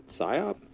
psyop